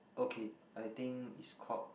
okay I think it's called